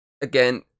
again